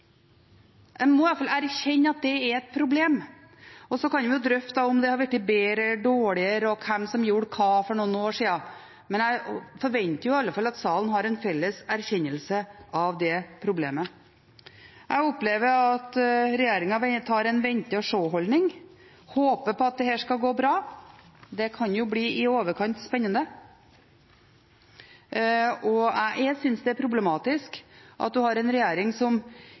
må i hvert fall erkjenne at det er et problem. Så kan vi drøfte om det har blitt bedre eller dårligere, og hvem som gjorde hva for noen år siden, men jeg forventer i alle fall at salen har en felles erkjennelse av det problemet. Jeg opplever at regjeringen har en vente-og-se-holdning og håper på at dette skal gå bra. Det kan bli i overkant spennende. Jeg synes det er problematisk at vi har en regjering som